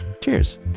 Cheers